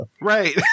Right